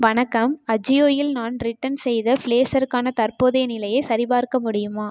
வணக்கம் அஜியோ இல் நான் ரிட்டர்ன் செய்த பிளேசர் க்கான தற்போதைய நிலையை சரிபார்க்க முடியுமா